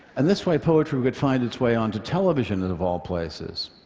and this way poetry could find its way onto television and of all places.